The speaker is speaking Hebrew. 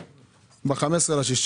ב-15.6.